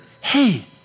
Hey